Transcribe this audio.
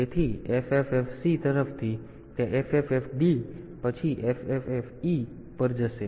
તેથી FFFC તરફથી તે FFFD પછી FFFE પર જશે